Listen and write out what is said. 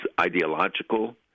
ideological